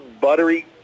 buttery